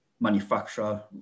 manufacturer